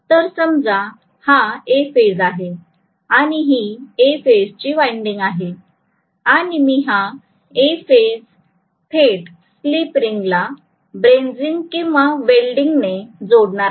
तर समजा हा A फेज आहे आणि ही A फेजची वाइंडिंग आहे आणि मी हा A फेज थेट स्लिप रिंग ला ब्रेझिंग किंवा वेल्डिंग ने जोडणार आहे